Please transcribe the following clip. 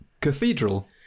cathedral